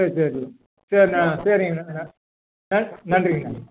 சரி சரி சரிண்ணா சரிங்கண்ணா அண்ணே அண்ணே நன்றிங்கண்ணா